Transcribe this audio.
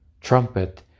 trumpet